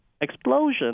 explosion